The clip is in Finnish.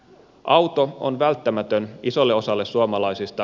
auto on välttämätön isolle osalle suomalaisista